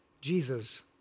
Jesus